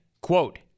quote